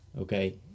Okay